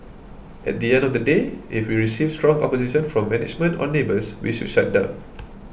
at the end of the day if we received strong opposition from management or neighbours we should shut down